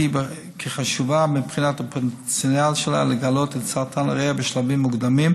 כחשובה מבחינת הפוטנציאל שלה לגלות את סרטן הריאה בשלבים מוקדמים,